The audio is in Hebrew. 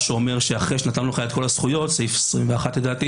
שאומר שאחרי שנתנו לך את כל הזכויות סעיף 21 לדעתי